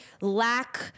lack